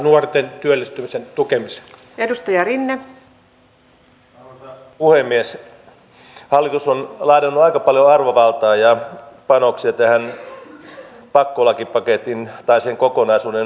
eli kyllä nämä säästöt joita tehdään ovat todella vakavia tilanteessa jossa meillä maksut ovat jo entisestään todella korkeita